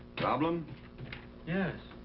problem yes.